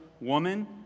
woman